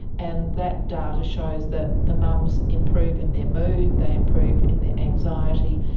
and that data shows that the mums improve in their mood, they improve in their anxiety,